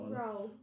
roll